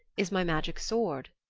is my magic sword.